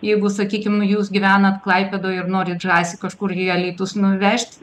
jeigu sakykim jūs gyvenat klaipėdoj ir norit žąsį kažkur į alytus nuvežt